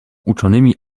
uczonymi